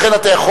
לכן אתה יכול,